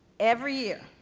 every year